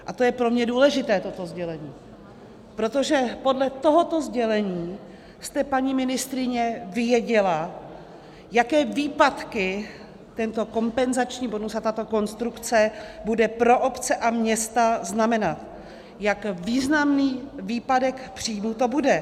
A toto sdělení je pro mě důležité, protože podle tohoto sdělení jste, paní ministryně, věděla, jaké výpadky tento kompenzační bonus a tato konstrukce bude pro obce a města znamenat, jak významný výpadek příjmů to bude.